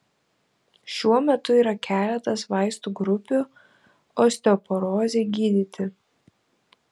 šiuo metu yra keletas vaistų grupių osteoporozei gydyti